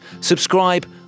subscribe